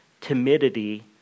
timidity